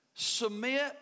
Submit